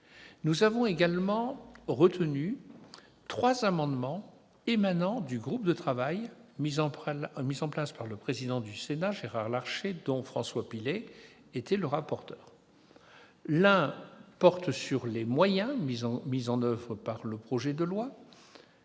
Nous avons également retenu trois amendements émanant du groupe de travail mis en place par le président Larcher et dont François Pillet était le rapporteur : le premier porte sur les moyens mis en oeuvre par le projet de loi,